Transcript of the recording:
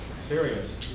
serious